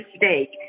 mistake